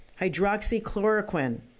hydroxychloroquine